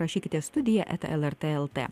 rašykite studijaeta lrt el t